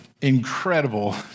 incredible